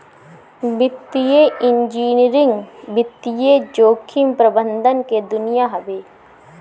वित्तीय इंजीनियरिंग वित्तीय जोखिम प्रबंधन के दुनिया हवे